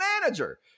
manager